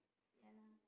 ya lah